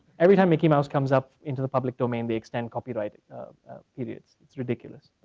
every time micky mouse comes up into the public domain, they extend copyright periods. it's ridiculous,